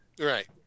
Right